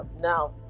now